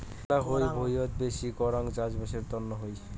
মেলহাই ভুঁইতে বেশি করাং চাষবাসের তন্ন হই